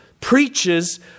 preaches